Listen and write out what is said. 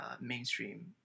mainstream